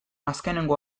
azkenengo